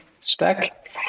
spec